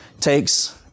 takes